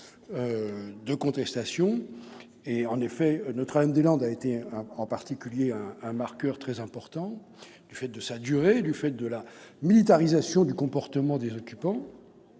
de contestation. Notre-Dame-des-Landes a été un marqueur très important du fait de sa durée et de la militarisation du comportement des occupants.